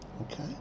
Okay